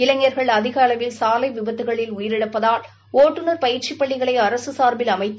இளைஞா்கள் அதிக அளவில் சாலை விபத்துக்களில் உயிரிழப்பதால் ஒட்டுநர் பயிற்சி பள்ளிகளை அரசு சார்பில் அமைத்து